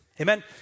Amen